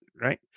Right